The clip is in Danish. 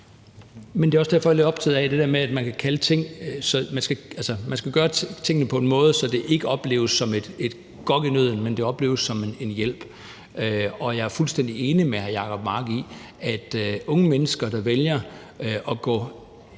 Det var også derfor, jeg lagde op til det der med, at man skal gøre tingene på en måde, så det ikke opleves som et gok i nøden, men at det opleves som en hjælp. Og jeg er fuldstændig enig med hr. Jacob Mark i, at det, at unge mennesker vælger at gå